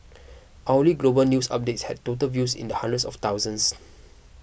hourly global news updates had total views in the hundreds of thousands